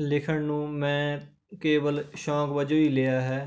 ਲਿਖਣ ਨੂੰ ਮੈਂ ਕੇਵਲ ਸ਼ੌਕ ਵਜੋਂ ਹੀ ਲਿਆ ਹੈ